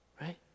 right